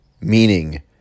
Meaning